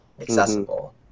accessible